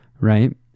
right